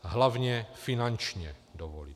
Hlavně finančně dovolit.